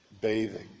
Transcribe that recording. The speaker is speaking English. bathing